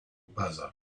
buzzer